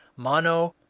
mono,